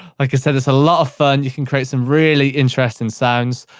like i said, it's a lot of fun, you can create some really interesting sounds,